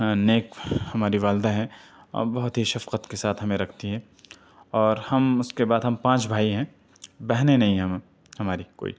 نیک ہماری والدہ ہے اور بہت ہی شفقت کے ساتھ ہمیں رکھتی ہیں اور ہم اُس کے بعد ہم پانچ بھائی ہیں بہنیں نہیں ہیں ہماری کوئی